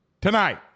tonight